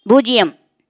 பூஜ்ஜியம்